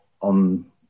on